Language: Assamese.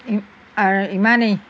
আৰু ইমানেই